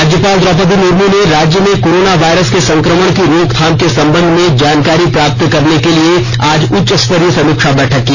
राज्यपाल द्रौपदी मुर्मू ने राज्य में कोरोना वायरस के संक्रमण की रोकथाम के संबंध में जानकारी प्राप्त करने के लिए आज उच्चस्तरीय समीक्षा बैठक की